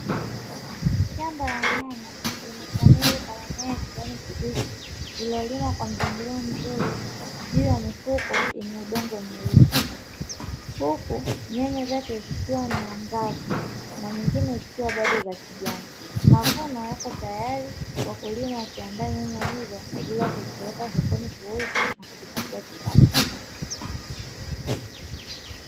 Shamba la nyanya limeshamiri kwa mimea ya kijani kibichi iliyolimwa kwa mpangilio mzuri juu ya mifuko yenye udongo wenye rutuba, huku nyanya zake zikiwa ni angavu na nyingine zikiwa bado za kijani. Mavuno yako tayari, wakulima wakulima nyanya hizo kwa ajili ya kuzipeleka sokoni kuuza na kujipatia kipato.